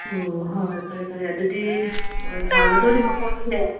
ꯎꯝ ꯍꯣꯏ ꯍꯣꯏ ꯐꯔꯦ ꯐꯔꯦ ꯑꯗꯨꯗꯤ ꯊꯥꯒꯗꯣꯔꯤꯕ ꯄꯣꯠꯁꯦ